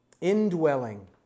indwelling